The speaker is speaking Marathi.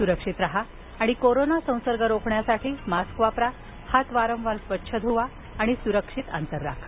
सुरक्षित राहा आणि कोरोना संसर्ग रोखण्यासाठी मास्क वापरा हात वारंवार स्वच्छ धुवा सुरक्षित अंतर ठेवा